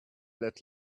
let